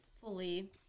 fully